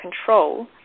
control